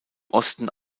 osten